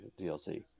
DLC